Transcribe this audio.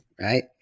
right